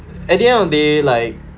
at the end of the day like